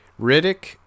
Riddick